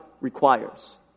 requires